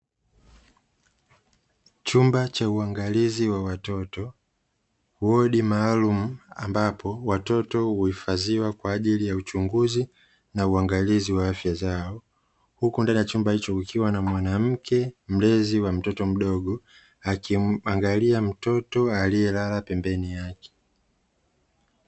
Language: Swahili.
Chumba cha uangalizi cha watoto, hodi maalumu ambapo watoto huifadhiwa kwa ajili ya uchunguzi na uangalizi wa afya zao, huku ndani ya chumba icho kukiwa na mwanamke mlezi wa mtoto mdogo, akimuangalia mtoto aliyelala pembeni yake.